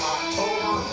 October